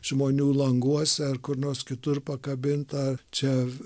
žmonių languose ar kur nors kitur pakabinta čia